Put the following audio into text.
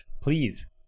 please